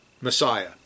Messiah